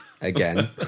Again